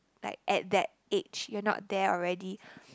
like at that age you're not there already